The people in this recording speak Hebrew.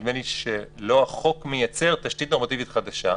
נדמה לי שלא החוק מייצר תשתית נורמטיבית חדשה.